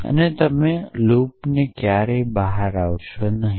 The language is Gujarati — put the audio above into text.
અને તમે તે લૂપને ક્યારેય બહાર આવશો નહીં